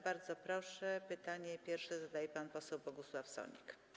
Bardzo proszę, pytanie pierwsze zadaje pan poseł Bogusław Sonik.